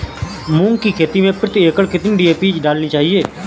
मूंग की खेती में प्रति एकड़ कितनी डी.ए.पी डालनी चाहिए?